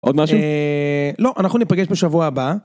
עוד משהו? לא, אנחנו ניפגש בשבוע הבא.